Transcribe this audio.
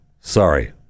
Sorry